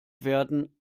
werden